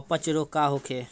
अपच रोग का होखे?